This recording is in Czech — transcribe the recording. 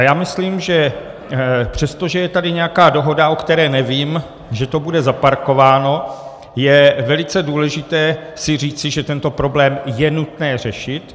Já myslím, že přestože je tady nějaká dohoda, o které nevím, že to bude zaparkováno, je velice důležité si říci, že tento problém je nutné řešit.